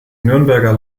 nürnberger